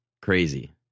Crazy